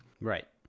Right